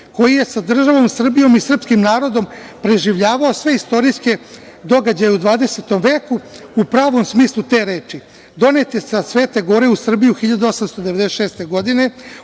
koji je sa državom Srbijom i srpskim narodom preživljavao sve istorijske događaje u 20. veku u pravom smislu te reči. Donet je sa Svete Gore u Srbiju 1896. godine